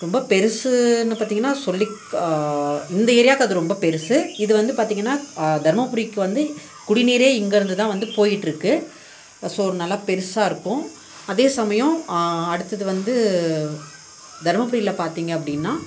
ரொம்ப பெருசுன்னு பார்த்திங்கன்னா சொல்லிக் இந்த ஏரியாவுக்கு அது ரொம்ப பெருசு இது வந்து பார்த்திங்கன்னா தர்மபுரிக்கு வந்து குடிநீரே இங்கேருந்துதான் வந்து போயிகிட்ருக்கு ஸோ நல்லா பெருசாக இருக்கும் அதே சமயம் அடுத்தது வந்து தர்மபுரியில் பார்த்திங்க அப்படின்னா